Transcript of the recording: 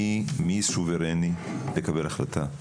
מי סוברני לקבל החלטה?